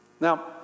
Now